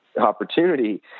opportunity